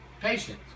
patience